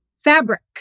Fabric